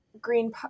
Green